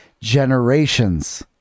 generations